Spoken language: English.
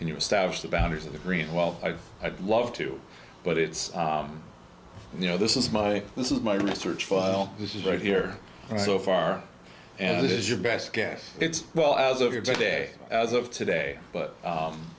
can you establish the boundaries of the green well i've i'd love to but it's you know this is my this is my research file this is right here so far and it is your best guess it's well as of your day as of today but